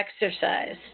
exercise